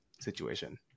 situation